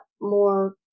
more